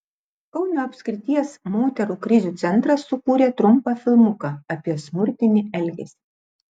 kauno apskrities moterų krizių centras sukūrė trumpą filmuką apie smurtinį elgesį